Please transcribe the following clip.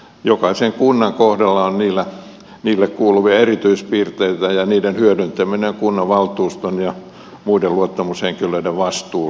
jokaisen kunnan kohdalla on niille kuuluvia erityispiirteitä ja niiden hyödyntäminen on kunnanvaltuuston ja muiden luottamushenkilöiden vastuulla